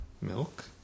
Milk